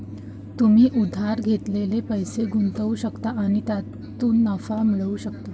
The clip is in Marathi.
तुम्ही उधार घेतलेले पैसे गुंतवू शकता आणि त्यातून नफा मिळवू शकता